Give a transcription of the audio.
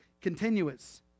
continuous